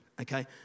okay